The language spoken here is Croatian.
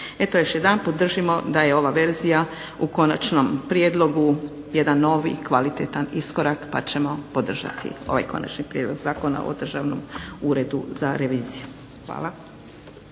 Eto još jedanput držimo da je ova verzija u konačnom prijedlogu jedan nov i kvalitetan iskorak pa ćemo podržati ovaj Konačni prijedlog Zakona o Državnom uredu za reviziju. Hvala.